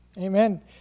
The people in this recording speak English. Amen